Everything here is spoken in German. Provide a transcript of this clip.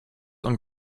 und